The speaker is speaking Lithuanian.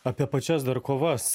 apie pačias dar kovas